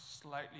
slightly